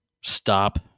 stop